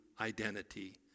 identity